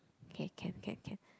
okay can can can